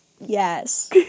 yes